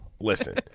Listen